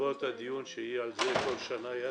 בעקבות הדיון שיהיה על זה, שהוא בכל שנה יעשה.